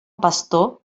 pastor